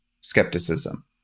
skepticism